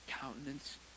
countenance